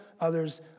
others